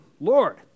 Lord